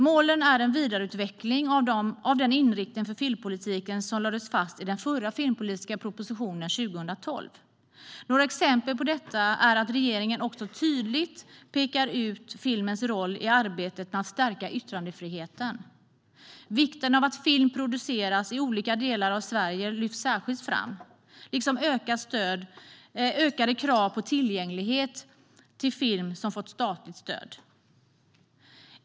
Målen är en vidareutveckling av den inriktning för filmpolitiken som lades fast i den förra filmpolitiska propositionen 2012. Några exempel på detta är att regeringen också tydligt pekar ut filmens roll i arbetet med att stärka yttrandefriheten. Vikten av att film produceras i olika delar av Sverige lyfts särskilt fram liksom ökade krav på tillgänglighet till film som fått statligt stöd.